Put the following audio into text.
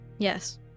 Yes